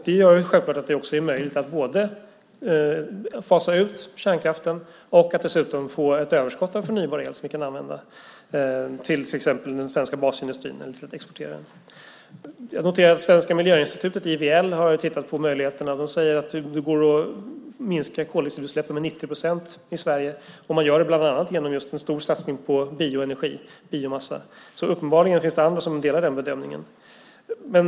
Det gör det möjligt att både fasa ut kärnkraften och få ett överskott av förnybar el som vi kan använda i den svenska basindustrin eller exportera. Jag noterar att IVL Svenska Miljöinstitutet har tittat på möjligheterna. De säger att det går att minska koldioxidutsläppen i Sverige med 90 procent om man gör det bland annat genom en stor satsning på biomassa. Det finns uppenbarligen andra som delar bedömningen.